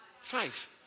Five